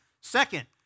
Second